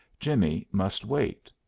jimmie must wait.